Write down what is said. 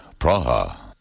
Praha